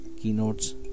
keynotes